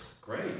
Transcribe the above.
great